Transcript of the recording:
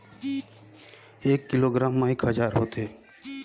एक किलोग्राम म एक हजार ग्राम होथे